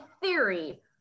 theory